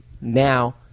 now